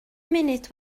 munud